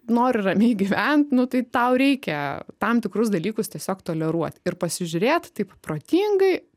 nori ramiai gyvent nu tai tau reikia tam tikrus dalykus tiesiog toleruot ir pasižiūrėt taip protingai